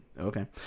okay